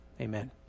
amen